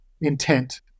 intent